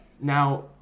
Now